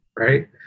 right